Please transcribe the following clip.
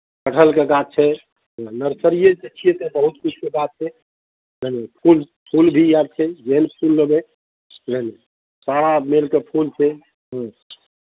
कटहरके गाछ छै नर्सरिए छियै तऽ बहुत किछुके गाछ छै बुझलियै फूल फूल भी आर छै जेहन फूल लेबै बुझलियै ने सारा मेलके फूल छै ह्म्म